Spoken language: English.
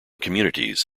communities